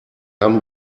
haben